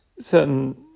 certain